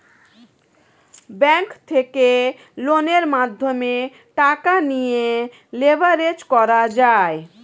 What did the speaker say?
bank থেকে লোনের মাধ্যমে টাকা নিয়ে লেভারেজ করা যায়